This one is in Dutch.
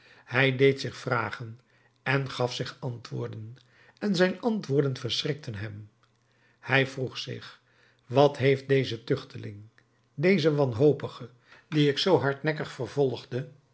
hij deed zich vragen en gaf zich antwoorden en zijn antwoorden verschrikten hem hij vroeg zich wat heeft deze tuchteling deze wanhopige dien ik zoo hardnekkig vervolgde